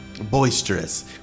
boisterous